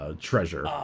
treasure